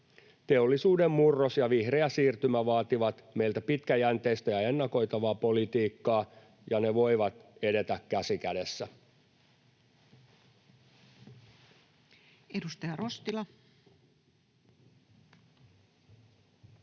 Teollisuuden murros ja vihreä siirtymä vaativat meiltä pitkäjänteistä ja ennakoitavaa politiikkaa, ja ne voivat edetä käsi kädessä. [Speech 284]